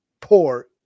Poor